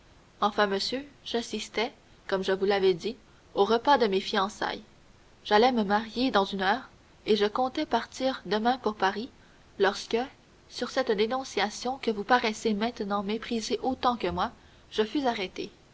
enfin monsieur j'assistais comme je vous l'ai dit au repas de mes fiançailles j'allais me marier dans une heure et je comptais partir demain pour paris lorsque sur cette dénonciation que vous paraissez maintenant mépriser autant que moi je fus arrêté